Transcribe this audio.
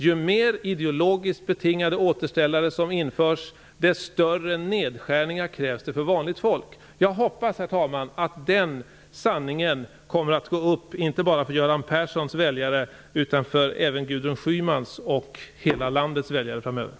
Ju mer ideologiskt betingade återställare som införs, desto större nedskärningar krävs det för vanligt folk. Jag hoppas, herr talman, att den sanningen kommer att gå upp framöver, inte bara för Göran Perssons väljare utan även för Gudrun Schymans väljare och väljarna i hela landet.